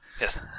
yes